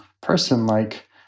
person-like